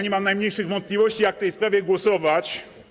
Nie mam najmniejszych wątpliwości, jak w tej sprawie głosować.